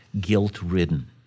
guilt-ridden